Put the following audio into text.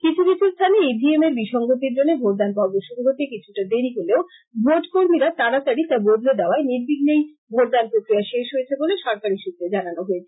কিছু কিছু স্থানে ই ভি এমের বিসঙ্গতির জন্য ভোটদান পর্ব শুরু হতে কিছুটা দেরি হলেও ভোটকর্মীরা তাড়াতাড়ি তা বদলে দেওয়ায় নির্বিঘ্লেই ভোটদান প্রক্রিয়া শেষ হয়েছে বলে সরকারী সুত্রে জানানো হয়েছে